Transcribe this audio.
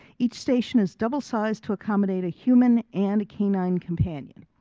each station is double sized to accommodate a human and a canine companion.